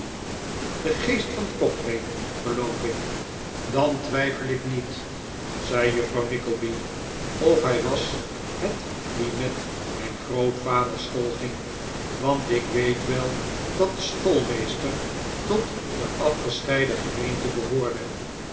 de geest van cocklane geloof ik dan twijfel ik niet zei juffrouw nickcleby of hij was het die met mijn grootvader school ging want ik weet wel dat de schoolmeester tot de afgescheiden gemeente behoorde